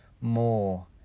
More